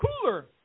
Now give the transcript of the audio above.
cooler